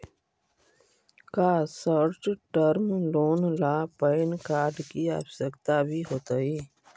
का short term loan ला PAN card की आवश्यकता भी होतइ